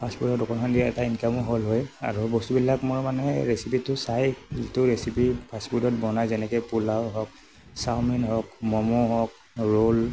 ফাষ্টফুডৰ দোকানখন দিয়াত এটা ইনকামো হ'ল হয় আৰু বস্তুবিলাক মই মানে ৰেচিপিটো চাই যিটো ৰেচিপি ফাষ্টফুডত বনাই যেনেকে পোলাও হওঁঁক চাওমিন হওঁক ম'ম' হওঁক ৰোল